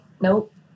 nope